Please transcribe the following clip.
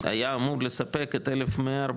היה אמור לספק את 1,140,